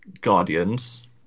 Guardians